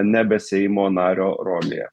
nebe seimo nario rolėje